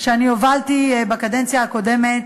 שאני הובלתי בקדנציה הקודמת,